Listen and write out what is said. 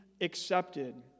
accepted